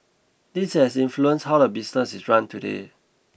this has influenced how the business is run today